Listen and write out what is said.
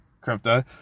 crypto